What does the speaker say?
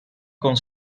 con